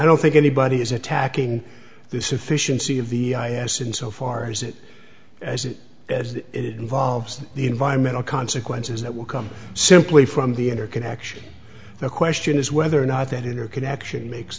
don't think anybody is attacking the sufficiency of the i a s in so far as it as it as it involves the environmental consequences that will come simply from the interconnection the question is whether or not that interconnection makes